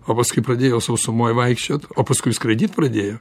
o paskui pradėjo sausumoj vaikščiot o paskui skraidyt pradėjo